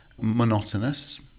monotonous